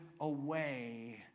away